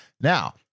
Now